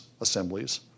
assemblies